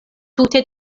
tute